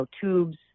tubes